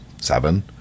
seven